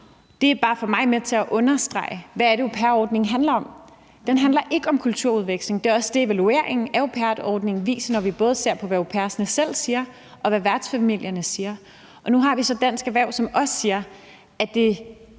Det er bare for mig med til at understrege, hvad det er, au pair-ordningen handler om. Den handler ikke om kulturudveksling, og det er også det, som evalueringen af au pair-ordningen viser, både når vi ser på, hvad au pairerne selv siger, og hvad værtsfamilierne siger, og nu har vi så også Dansk Erhverv, som siger, at det